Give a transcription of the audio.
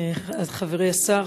חברי השר,